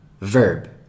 verb